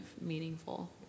meaningful